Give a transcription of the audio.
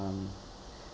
um